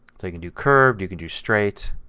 so you can do curved, you can do straight,